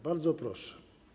Bardzo proszę.